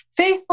Facebook